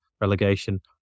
relegation